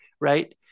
right